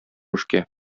эшкә